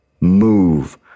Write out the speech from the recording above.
move